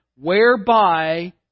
whereby